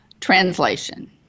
translation